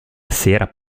sera